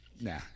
nah